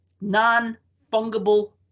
non-fungible